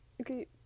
Okay